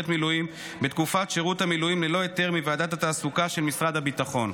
מילואים בתקופת שירות המילואים ללא היתר מוועדת התעסוקה של משרד הביטחון,